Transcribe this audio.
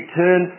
turn